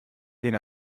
den